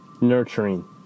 Nurturing